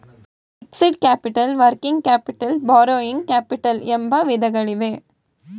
fixed capital working capital borrowing capital ಎಂಬ ವಿಧಗಳಿವೆ